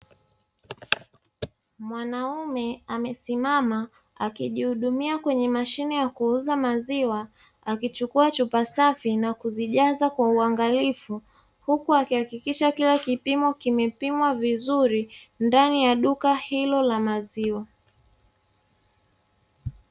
Mwanaume amesimama akijihudumia kwenye mashine ya kuuza maziwa akichukua chupa safi na kuzijaza kwa uangalifu, huku akihakikisha kila kipimo kimepimwa vizuri ndani ya duka hilo la maziwa.